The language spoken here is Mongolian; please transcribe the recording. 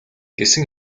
гэсэн